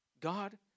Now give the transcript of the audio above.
God